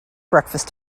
breakfast